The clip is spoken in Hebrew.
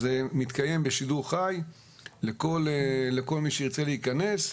זה מתקיים בשידור חי לכל מי שירצה להיכנס.